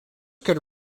could